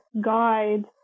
guide